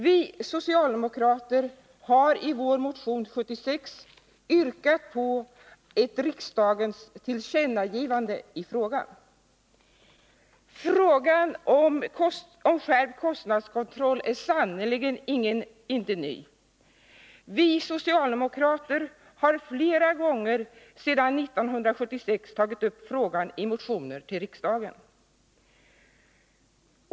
Vi socialdemokrater har i motion 76 yrkat på ett riksdagens tillkännangivande i den frågan. Frågan om skärpt kostnadskontroll är sannerligen inte ny. Vi socialdemokrater har flera gånger sedan 1976 tagit upp frågan i motioner till riksdagen.